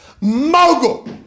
mogul